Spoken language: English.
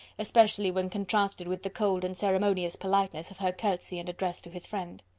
especially when contrasted with the cold and ceremonious politeness of her curtsey and address to his friend.